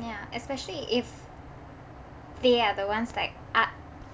ya especially if they are the ones like a~